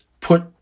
put